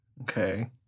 okay